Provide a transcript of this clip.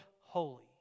holy